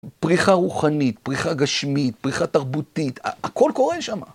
פריחה רוחנית, פריחה גשמית, פריחה תרבותית, הכל קורה שמה.